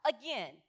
Again